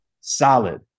solid